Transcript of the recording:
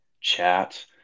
chat